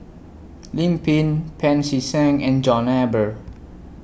Lim Pin Pancy Seng and John Eber